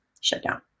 shutdown